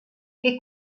che